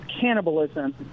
cannibalism